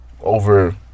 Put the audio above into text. over